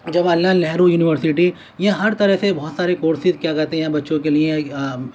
Jawahar Lal Nehru university یہاں ہر طرح سے بہت سارے کورسز کیا کہتے ہیں بچوں کے لیے